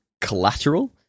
Collateral